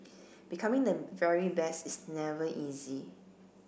becoming the very best is never easy